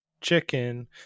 chicken